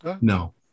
no